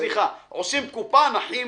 סליחה, עושים קופה, נחים